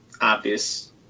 Obvious